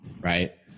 Right